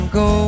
go